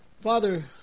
Father